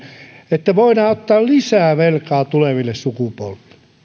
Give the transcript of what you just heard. että voidaan ottaa lisää velkaa tuleville sukupolville